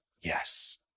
Yes